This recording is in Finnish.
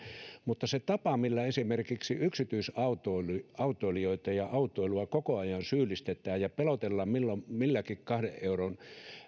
mutta se tapa millä esimerkiksi yksityisautoilijoita ja autoilua koko ajan syyllistetään ja ja pelotellaan milloin milläkin kahden euron